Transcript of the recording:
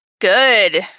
Good